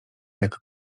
jak